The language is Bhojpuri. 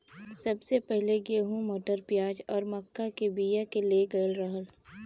सबसे पहिले गेंहू, मटर, प्याज आउर मक्का के बिया के ले गयल रहल